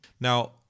Now